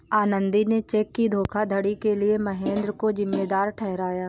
आनंदी ने चेक की धोखाधड़ी के लिए महेंद्र को जिम्मेदार ठहराया